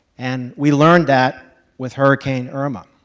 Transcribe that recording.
and we learned that with hurricane irma.